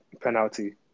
penalty